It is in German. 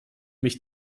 mich